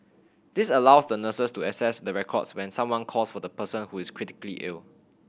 this allows the nurses to access the records when someone calls for the person who is critically ill